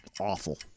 awful